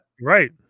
Right